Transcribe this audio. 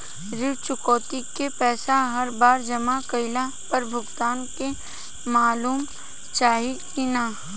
ऋण चुकौती के पैसा हर बार जमा कईला पर भुगतान के मालूम चाही की ना?